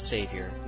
Savior